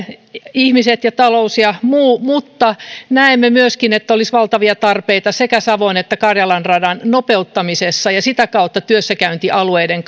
ihmiset ja talous ja muu mutta näemme myöskin että olisi valtavia tarpeita sekä savon että karjalan radan nopeuttamisessa ja sitä kautta työssäkäyntialueiden